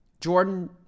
Jordan